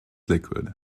liquid